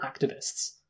activists